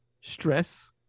stress